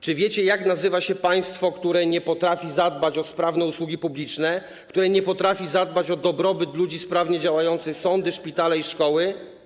Czy wiecie, jak nazywa się państwo, które nie potrafi zadbać o sprawne usługi publiczne, które nie potrafi zadbać o dobrobyt ludzi, sprawnie działające sądy, szpitale i szkoły?